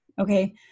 Okay